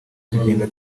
tugenda